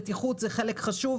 בטיחות זה חלק חשוב,